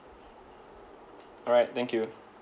alright thank you